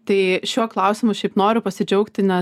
tai šiuo klausimu šiaip noriu pasidžiaugti nes